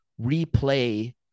replay